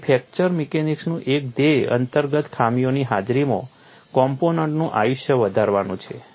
તેથી ફ્રેક્ચર મિકેનિક્સનું એક ધ્યેય અંતર્ગત ખામીઓની હાજરીમાં કોમ્પોનન્ટનું આયુષ્ય વધારવાનું છે